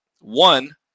one